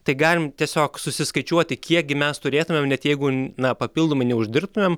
tai galim tiesiog susiskaičiuoti kiek gi mes turėtumėm net jeigu na papildomai neuždirbtumėm